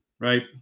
right